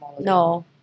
no